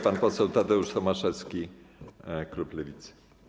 Pan poseł Tadeusz Tomaszewski, klub Lewicy.